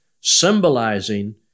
symbolizing